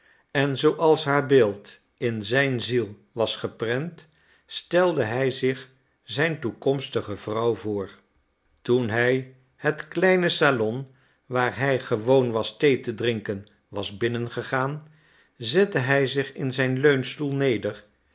en zooals haar beeld in zijn ziel was geprent stelde hij zich zijn toekomstige vrouw voor toen hij het kleine salon waar hij gewoon was thee te drinken was binnengetreden zette hij zich in zijn leunstoel neder